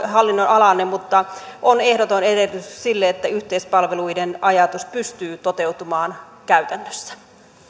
hallinnonalaanne mutta on ehdoton edellytys sille että yhteispalveluiden ajatus pystyy toteutumaan käytännössä